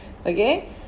Okay